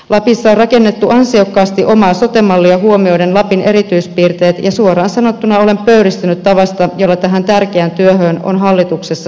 lapissa on rakennettu ansiokkaasti omaa sote mallia huomioiden lapin erityispiirteet ja suoraan sanottuna olen pöyristynyt tavasta jolla tähän tärkeään työhön on hallituksessa suhtauduttu